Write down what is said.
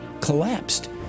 collapsed